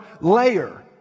layer